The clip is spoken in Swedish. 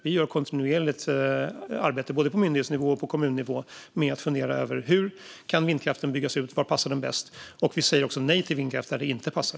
Vi gör ett kontinuerligt arbete, både på myndighetsnivå och på kommunnivå, och funderar över hur vindkraften kan byggas ut och var den passar bäst. Vi säger också nej till vindkraft där det inte passar.